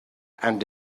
and